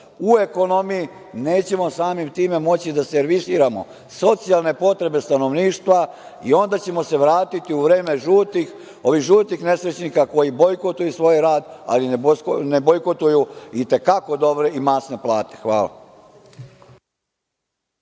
u ekonomiji, nećemo samim tim moći da servisiramo socijalne potrebe stanovništva i onda ćemo se vratiti u vreme žutih nesrećnika koji bojkotuju svoj rad ali ne bojkotuju i te kako dobre i masne plate. Hvala.